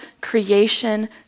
creation